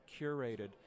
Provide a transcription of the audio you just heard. curated